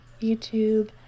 YouTube